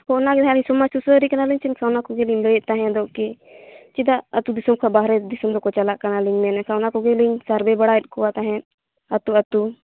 ᱦᱳᱭ ᱚᱱᱟᱜᱮ ᱥᱚᱢᱟᱡᱽ ᱥᱩᱥᱟᱹᱨᱤᱭᱟᱹ ᱠᱟᱱᱟᱞᱤᱧ ᱮᱱᱠᱷᱟᱱ ᱚᱱᱟ ᱠᱚᱜᱮᱞᱤᱧ ᱞᱟᱹᱭᱮᱫ ᱛᱟᱦᱮᱸ ᱫᱚ ᱠᱤ ᱪᱮᱫᱟᱜ ᱟᱹᱛᱩ ᱫᱤᱥᱚᱢ ᱠᱷᱚᱱ ᱵᱟᱨᱦᱮ ᱫᱤᱥᱚᱢ ᱫᱚᱠᱚ ᱪᱟᱞᱟᱜ ᱠᱟᱱᱟ ᱧᱮᱞᱮᱫ ᱠᱚᱣᱟ ᱚᱱᱟ ᱠᱚᱜᱮᱞᱤᱧ ᱥᱟᱨᱵᱷᱮ ᱵᱟᱲᱟᱭᱮᱫ ᱠᱚᱣᱟ ᱛᱟᱦᱮᱫ ᱟᱹᱛᱩ ᱟᱹᱛᱩ